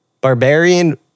Barbarian